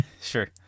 Sure